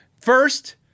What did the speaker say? first